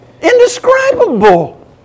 indescribable